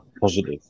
positive